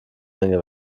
menge